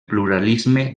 pluralisme